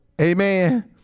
Amen